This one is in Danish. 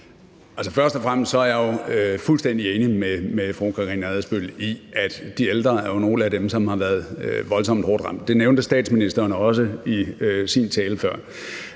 Først og fremmest er jeg jo fuldstændig enig med fru Karina Adsbøl i, at de ældre er nogle af dem, som har været voldsomt hårdt ramt. Det nævnte statsministeren også i sin tale før.